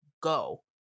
go